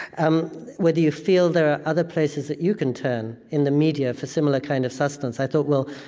um whether you feel there are other places that you can turn in the media for similar kind of substance? i thought well,